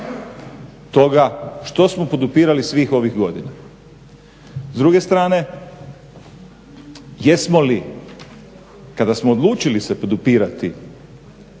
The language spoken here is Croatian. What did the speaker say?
toga što smo podupirali svih ovih godina? S druge strane, jesmo li kada smo odlučili se podupirati